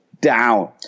down